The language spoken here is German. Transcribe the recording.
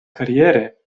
karriere